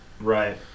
Right